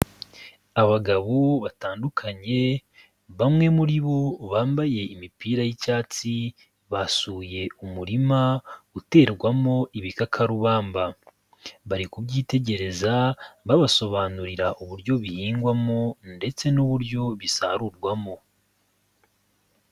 Abagabo batandukanye, bamwe muri bo bambaye imipira y'icyatsi, basuye umurima uterwamo ibikakarubamba, bari kubyitegereza babasobanurira uburyo bihingwamo ndetse n'uburyo bisarurwamo.